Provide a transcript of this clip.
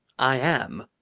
i am!